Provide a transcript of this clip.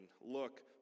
Look